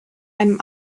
einem